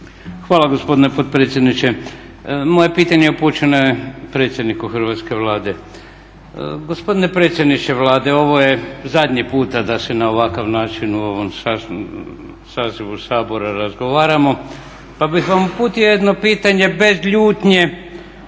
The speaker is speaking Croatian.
Hvala gospodine potpredsjedniče. Moje pitanje upućeno je predsjedniku Hrvatske vlade. Gospodine predsjedniče Vlade, ovo je zadnji puta da se na ovakav način u ovom sazivu Sabora razgovaramo, pa bih vam uputio jedno pitanje bez ljutnje